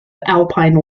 alpine